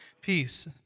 peace